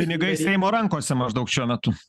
pinigai seimo rankose maždaug šiuo metu